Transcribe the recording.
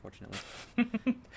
unfortunately